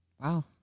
Wow